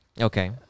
Okay